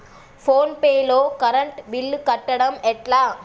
Phone pay లో current bill కట్టడం ఎట్లా?